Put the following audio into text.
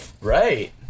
Right